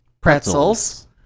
pretzels